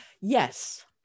Yes